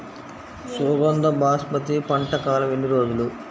సుగంధ బాస్మతి పంట కాలం ఎన్ని రోజులు?